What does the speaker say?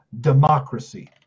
democracy